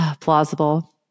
plausible